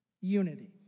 unity